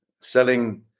selling